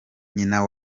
nyina